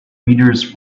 readers